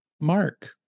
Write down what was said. Mark